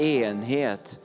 enhet